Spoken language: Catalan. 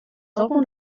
algun